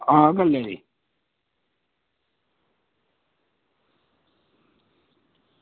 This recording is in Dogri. आं कल्लै दी